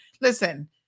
listen